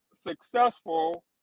successful